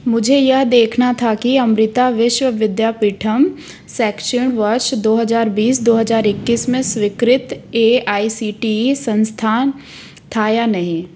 मुझे यह देखना था कि अमृता विश्व विद्यापीठम शैक्षणिक वर्ष दो हज़ार बीस दो हज़ार इक्कीस में स्वीकृत A I C T E संस्थान था या नहीं